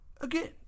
Again